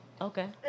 Okay